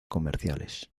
comerciales